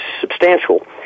substantial